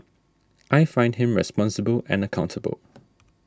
I find him responsible and accountable